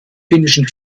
finnischen